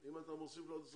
אם אתה מוסיף לו 26,